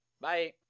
Bye